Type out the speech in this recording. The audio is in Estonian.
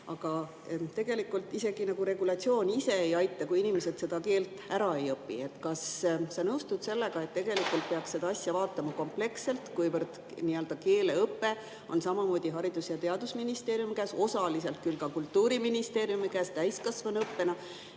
aga tegelikult isegi regulatsioon ei aita, kui inimesed seda keelt ära ei õpi. Kas sa nõustud sellega, et tegelikult peaks seda asja vaatama kompleksselt, kuivõrd keeleõpe on samamoodi Haridus‑ ja Teadusministeeriumi käes, osaliselt küll ka Kultuuriministeeriumi käes täiskasvanuõppena?